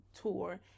tour